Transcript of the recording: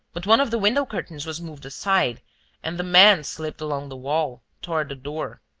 but one of the window curtains was moved aside and the man slipped along the wall, toward the door,